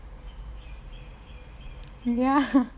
ya